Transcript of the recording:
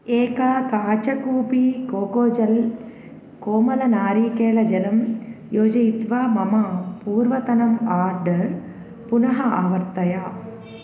एका काचकूपी कोकोजलं कोमलनारीकेळजलं योजयित्वा मम पूर्वतनम् आर्डर् पुनः आवर्तय